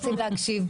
רוצים להקשיב.